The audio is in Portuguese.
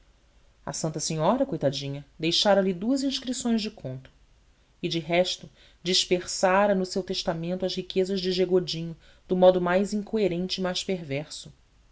a santa senhora coitadinha deixara lhe duas inscrições de conto e de resto dispersara no seu testamento as riquezas de g godinho do modo mais incoerente e mais perverso